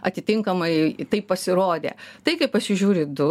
atitinkamai taip pasirodė tai kai pasižiūri du